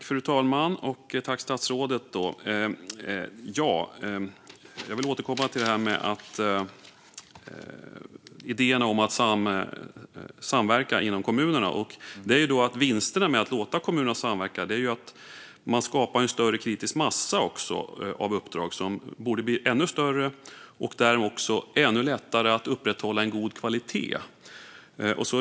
Fru talman! Jag vill återkomma till idén om att samverka inom kommunerna. Vinsten med att låta kommunerna samverka är att man skapar en större kritisk massa av uppdrag. Därmed blir det också lättare att upprätthålla en god kvalitet.